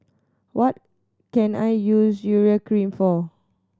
what can I use Urea Cream for